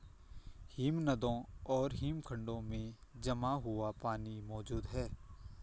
हिमनदों और हिमखंडों में जमा हुआ पानी मौजूद हैं